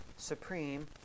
supreme